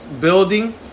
building